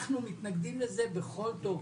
אנחנו מתנגדים לזה בכל תוקף.